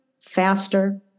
faster